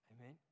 Amen